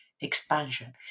expansion